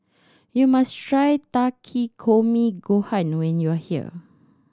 you must try Takikomi Gohan when you are here